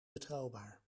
betrouwbaar